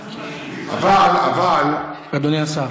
אדוני השר,